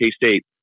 K-State